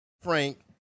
Frank